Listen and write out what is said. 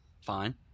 Fine